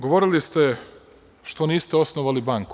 Govorili ste – što niste osnovali banku?